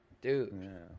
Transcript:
Dude